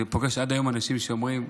אני פוגש עד היום אנשים שאומרים: